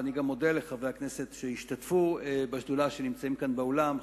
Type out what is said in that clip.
אני גם מודה לחברי הכנסת שהשתתפו בשדולה ונמצאים כאן באולם,